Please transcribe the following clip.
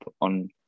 on